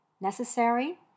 necessary